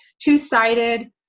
two-sided